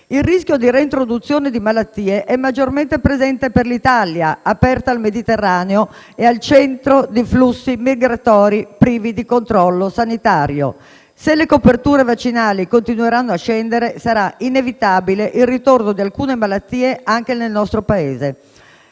Il rischio di reintroduzione di malattie è maggiormente presente per l'Italia, aperta al Mediterraneo e al centro di flussi migratori privi di controllo sanitario. Se le coperture vaccinali continueranno a scendere, sarà inevitabile il ritorno di alcune malattie anche nel nostro Paese.